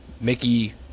Mickey